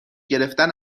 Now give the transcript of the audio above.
گرفتن